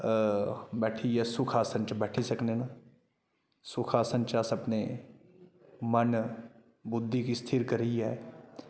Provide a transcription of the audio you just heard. बैठियै सुख आसन च बैठी सकने न सुख आसन च अस अपने मन बुद्धि गी स्थिर करियै